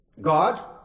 God